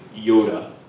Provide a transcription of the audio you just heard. Yoda